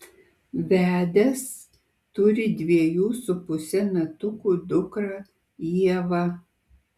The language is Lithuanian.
vedęs turi dviejų su puse metukų dukrą ievą